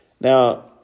Now